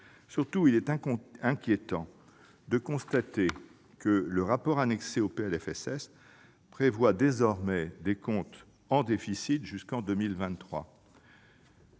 Surtout, il est inquiétant de constater que le rapport annexé au PLFSS prévoit désormais des comptes en déficit au moins jusqu'en 2023